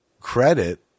credit